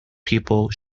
people